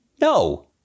no